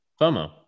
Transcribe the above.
FOMO